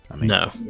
No